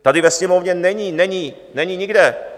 Tady ve Sněmovně není, není nikde.